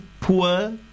poor